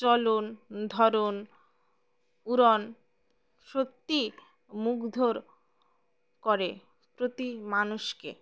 চলন ধরণ উড়ণ সত্যিই মুগ্ধর করে প্রতি মানুষকে